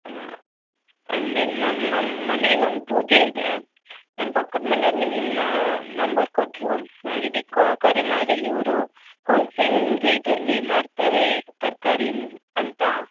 ಹಾಂ ಅಂದರೆ ನಮ್ಮ ಮನೆಯಲ್ಲೊಂದು ಪೂಜೆ ಇದೆ ನಮ್ಮ ಪಕ್ಕದ ಮನೆಯವ್ರು ನಿಮ್ಮ ನಂಬರ್ ಕೊಟ್ಟರು ಇದಿಕ್ಕೆ ಕರೆ ಮಾಡಿ ಇವರು ಹೋಲ್ಸೇಲ್ ರೇಟಲ್ಲಿ ಮಾರ್ತಾರೆ ತರ್ಕಾರಿನ ಅಂತ